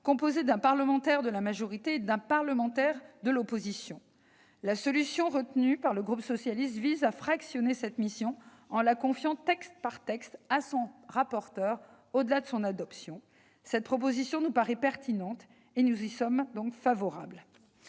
composées d'un parlementaire de la majorité et d'un parlementaire de l'opposition ». La solution retenue par le groupe socialiste et républicain vise à fractionner cette mission en la confiant, pour chaque texte, au rapporteur de celui-ci, au-delà de son adoption. Cette proposition nous paraît pertinente et nous y sommes favorables.